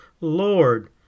Lord